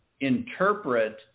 interpret